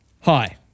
Hi